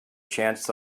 chance